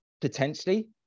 potentially